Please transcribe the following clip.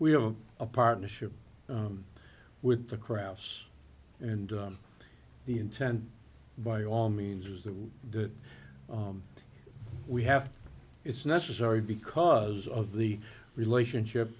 we have a partnership with the crowds and the intent by all means is that we have it's necessary because of the relationship